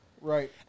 Right